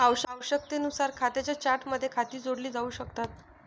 आवश्यकतेनुसार खात्यांच्या चार्टमध्ये खाती जोडली जाऊ शकतात